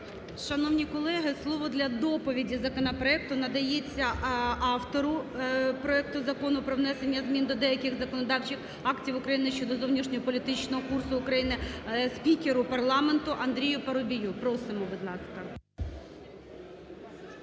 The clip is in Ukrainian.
Шановні колеги, слово для доповіді законопроекту надається автору проекту Закону про внесення змін до деяких законодавчих актів України (щодо зовнішньополітичного курсу України) спікеру парламенту Андрію Парубію. Просимо, будь ласка.